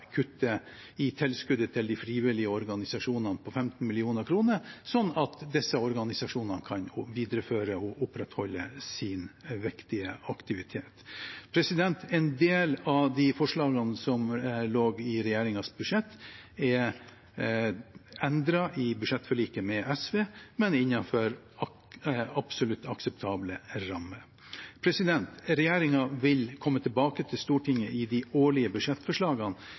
kuttet i tilskuddet til de frivillige organisasjonene på 15 mill. kr, sånn at disse organisasjonene kan videreføre og opprettholde sin viktige aktivitet. En del av de forslagene som lå i regjeringens budsjett, er endret i budsjettforliket med SV, men innenfor absolutt akseptable rammer. Regjeringen vil komme tilbake til Stortinget i de årlige budsjettforslagene